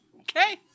okay